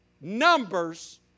numbers